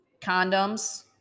Condoms